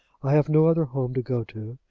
i have no other home to go to,